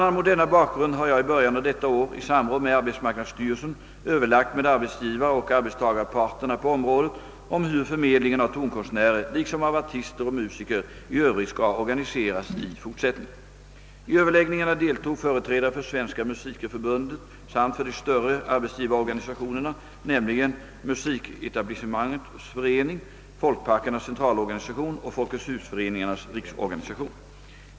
a. mot denna bakgrund har jag i början av detta år i samråd med arbetsmarknadsstyrelsen överlagt med arbetsgivaroch arbetstagarparterna på området om hur förmedlingen av tonkonstnärer liksom av artister och musiker i övrigt skall organiseras i fortsättningen. I överläggningarna deltog företrädare för Svenska musikerförbundet samt för de större arbetsgivarorganisationerna, nämligen Musiketablissementens förening. Folkparkernas centralorganisation och Folketshusföreningarnas riksorganisation.